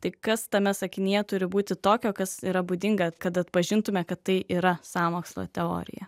tai kas tame sakinyje turi būti tokio kas yra būdinga kad atpažintume kad tai yra sąmokslo teorija